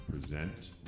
present